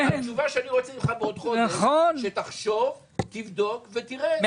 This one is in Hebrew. אני אומר לך שתבוא בעוד חודש אחרי שתחשוב ותבדוק ותראה.